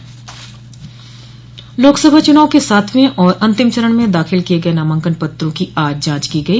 लोकसभा चुनाव के सातवें और अंतिम चरण में दाखिल किये गये नामांकन पत्रों की आज जांच की गई